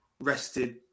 rested